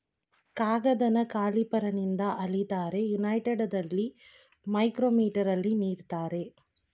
ಕಾಗದನ ಕ್ಯಾಲಿಪರ್ನಿಂದ ಅಳಿತಾರೆ, ಯುನೈಟೆಡಲ್ಲಿ ಮೈಕ್ರೋಮೀಟರಲ್ಲಿ ನೀಡ್ತಾರೆ